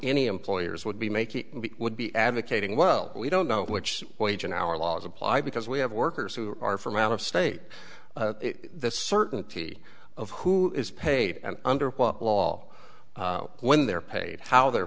any employers would be making would be advocating well we don't know which wage in our laws apply because we have workers who are from out of state the certainty of who is paid under what law when they're paid how the